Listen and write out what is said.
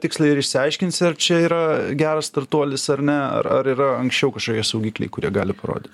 tiksliai ir išsiaiškinsi ar čia yra geras startuolis ar ne ar ar yra anksčiau kažkokie saugikliai kurie gali parodyt